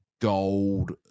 gold